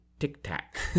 Tic-tac